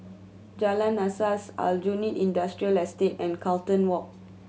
Jalan Asas Aljunied Industrial Estate and Carlton Walk